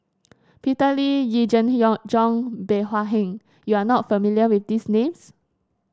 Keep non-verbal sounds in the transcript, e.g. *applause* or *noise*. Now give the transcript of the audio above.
Peter Lee Yee Jenn *unintelligible* Jong and Bey Hua Heng you are not familiar with these names